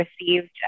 received